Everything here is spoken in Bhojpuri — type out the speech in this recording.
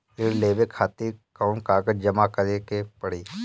ऋण लेवे खातिर कौन कागज जमा करे के पड़ी?